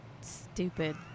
Stupid